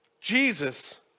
Jesus